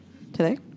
today